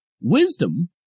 Wisdom